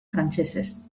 frantsesez